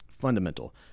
fundamental